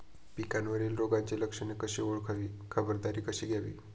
पिकावरील रोगाची लक्षणे कशी ओळखावी, खबरदारी कशी घ्यावी?